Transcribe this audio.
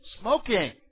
Smoking